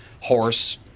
horse